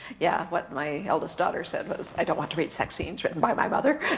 yeah what my eldest daughter said was, i don't want to read sex scenes written by my mother.